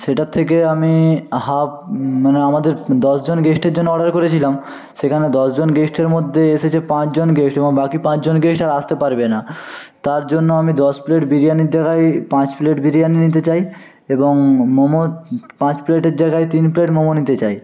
সেটার থেকে আমি হাফ মানে আমাদের দশজন গেস্টের জন্য অর্ডার করেছিলাম সেখানে দশজন গেস্টের মধ্যে এসেছে পাঁচজন গেস্ট এবং বাকি পাঁচজন গেস্ট আর আসতে পারবে না তার জন্য আমি দশ প্লেট বিরিয়ানির জায়গায় পাঁচ প্লেট বিরিয়ানি নিতে চাই এবং মোমো পাঁচ প্লেটের জায়গায় তিন প্লেট মোমো নিতে চাই